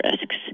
risks